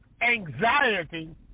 anxiety